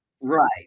Right